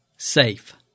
Safe